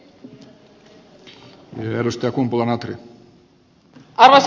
arvoisa puhemies